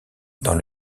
dans